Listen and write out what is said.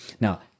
Now